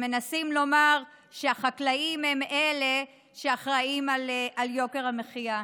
מנסים לומר שהחקלאים הם אלה שאחראים ליוקר המחיה,